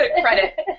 Credit